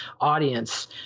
audience